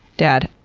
dad,